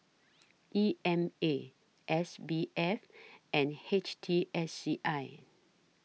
E M A S B F and H T S C I